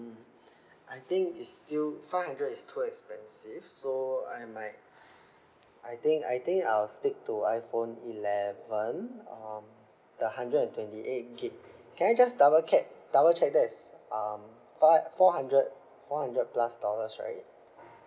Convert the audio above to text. mm I think it's still five hundred is too expensive so I might I think I think I'll stick to iphone eleven um the hundred and twenty eight gig can I just double double check that is um five four hundred four hundred plus dollars right